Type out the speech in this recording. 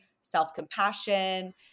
self-compassion